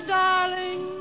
darling